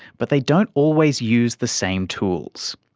but they don't always use the same tools.